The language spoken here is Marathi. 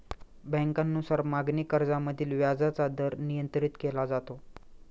बँकांनुसार मागणी कर्जामधील व्याजाचा दर नियंत्रित केला जातो